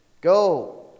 Go